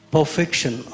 Perfection